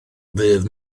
ddydd